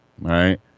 right